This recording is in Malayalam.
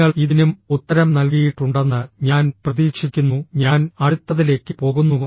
നിങ്ങൾ ഇതിനും ഉത്തരം നൽകിയിട്ടുണ്ടെന്ന് ഞാൻ പ്രതീക്ഷിക്കുന്നു ഞാൻ അടുത്തതിലേക്ക് പോകുന്നു